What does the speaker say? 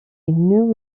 new